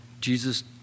Jesus